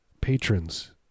patrons